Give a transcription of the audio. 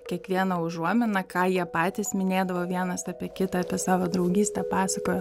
kiekvieną užuominą ką jie patys minėdavo vienas apie kitą apie savo draugystę pasakojo